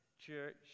church